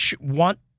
want